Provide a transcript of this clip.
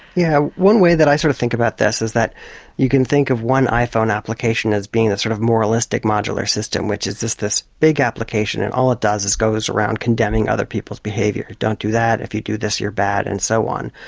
yeah one way that i sort of think about this is that you can think of one iphone application as being a sort of moralistic modular system, which is this this big application and all it does is it goes around condemning other people's behaviour. don't do that, if you do this you're bad and so on.